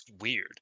weird